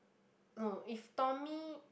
no if Tommy